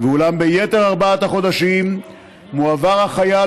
אולם ביתר ארבעת החודשים מועבר החייל